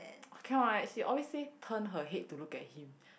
I cannot eh she always say turn her head to look at him